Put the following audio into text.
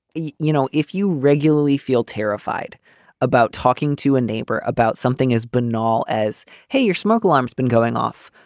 you you know, if you regularly feel terrified about talking to a neighbor about something as banal as, hey, your smoke alarms been going off.